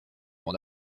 mon